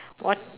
what